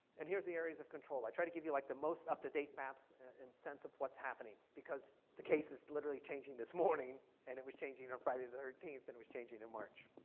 and here's the areas of control. i try to give you like the most up-to-date maps and sense of what's happening because the case is literally changing this morning and it was changing on friday thirteenth and it was changing in march.